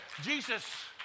Jesus